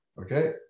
okay